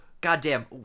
goddamn